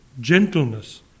gentleness